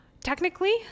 technically